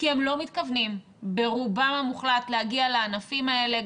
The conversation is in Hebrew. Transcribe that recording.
כי הם לא מתכוונים ברובם המוחלט להגיע לענפים האלה.